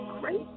great